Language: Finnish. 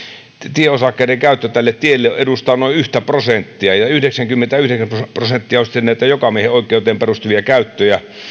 tieosakkaiden käyttö tälle tielle edustaa noin yhtä prosenttia ja yhdeksänkymmentäyhdeksän prosenttia on sitten näitä jokamiehenoikeuteen perustuvia käyttöjä